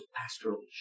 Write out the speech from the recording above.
pastoral